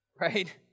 right